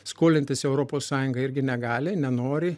skolintis europos sąjunga irgi negali nenori